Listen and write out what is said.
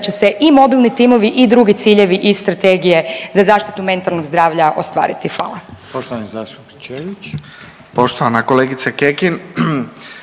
će se i mobilni timovi i drugi ciljevi iz Strategije za zaštitu mentalnog zdravlja ostvariti. Hvala.